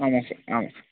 ஆமாம் சார் ஆமாம்